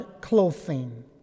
clothing